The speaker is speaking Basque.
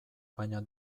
baina